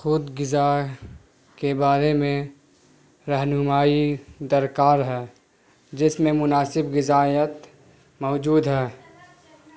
خود غذا کے بارے میں رہنمائی درکار ہے جس میں مناسب غذائیت موجود ہے